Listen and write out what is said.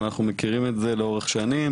ואנחנו מכירים את זה לאורך שנים.